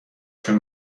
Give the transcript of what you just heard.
شون